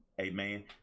Amen